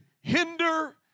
hinder